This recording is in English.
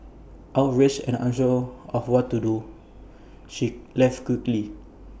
outraged and unsure of what to do she left quickly